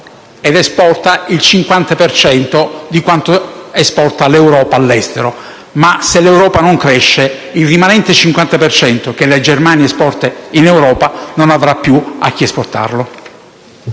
ed esporta il 50 per cento di quanto esporta l'Europa all'estero, ma se l'Europa non cresce, il rimanente 50 per cento che la Germania esporta in Europa, non avrà più a chi esportarlo.